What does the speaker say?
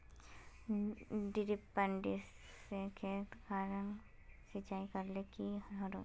डिरिपयंऋ से खेत खानोक सिंचाई करले सही रोडेर?